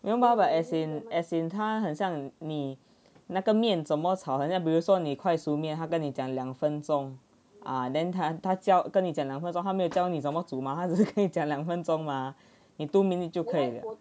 没有吗 but as in as in 他很像你那个面怎么炒很像比如说你快熟面他跟你讲两分钟啊 then 他他教跟你讲两分钟他没有教你怎么煮吗他只是个跟你讲两分钟吗你 two minutes 就可以了